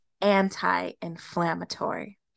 anti-inflammatory